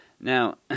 Now